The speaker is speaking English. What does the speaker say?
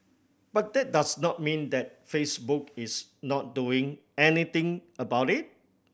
but that does not mean that Facebook is not doing anything about it